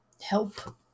Help